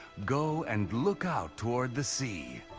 go and look out toward the sea.